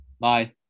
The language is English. Bye